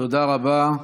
תודה רבה.